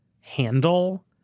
handle